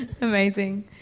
Amazing